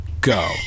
Go